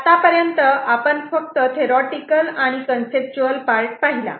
तर आत्तापर्यंत आपण फक्त थोरोटिकल आणि कन्सेप्टचूअल पार्ट आपण पाहिला